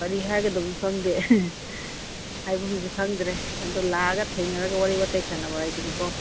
ꯀꯔꯤ ꯍꯥꯏꯒꯗꯝꯅꯣ ꯈꯪꯗꯦ ꯍꯥꯏꯐꯝꯁꯨ ꯈꯪꯗ꯭ꯔꯦ ꯑꯗꯨ ꯂꯥꯛꯑꯒ ꯊꯦꯡꯅꯔꯒ ꯋꯥꯔꯤ ꯋꯇꯥꯏ ꯁꯥꯟꯅꯕ ꯍꯥꯏꯗꯨꯅꯤꯀꯣ